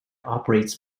operates